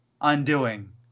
undoing